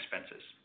expenses